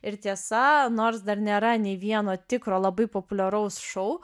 ir tiesa nors dar nėra nei vieno tikro labai populiaraus šou